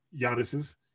Giannis's